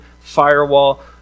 Firewall